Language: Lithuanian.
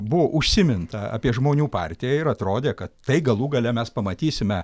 buvo užsiminta apie žmonių partiją ir atrodė kad tai galų gale mes pamatysime